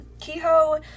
Kehoe